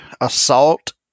assault